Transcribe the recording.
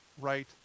right